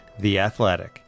theathletic